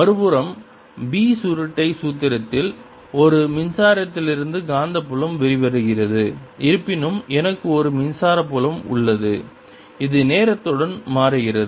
மறுபுறம் B சுருட்டை சூத்திரத்தில் ஒரு மின்சாரத்திலிருந்து காந்தப்புலம் வெளிவருகிறது இருப்பினும் எனக்கு ஒரு மின்சார புலம் உள்ளது இது நேரத்துடன் மாறுகிறது